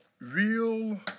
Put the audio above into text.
real